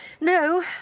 No